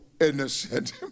innocent